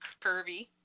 Curvy